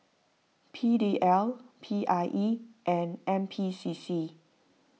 P D L P I E and N P C C